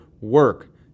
work